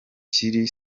kiri